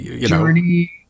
Journey